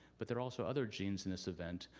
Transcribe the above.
but there are also other genes in this event.